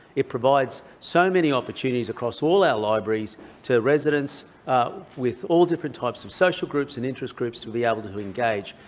it provides so many opportunities across all our libraries to residents with all different types of social groups and interest groups to be able to engage,